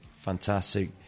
fantastic